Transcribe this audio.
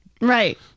Right